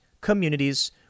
communities